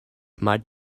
might